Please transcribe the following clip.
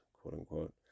quote-unquote